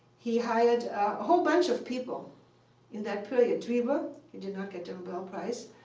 he hired a whole bunch of people in that period. drever he did not get the nobel prize.